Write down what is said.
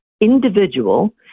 individual